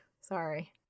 sorry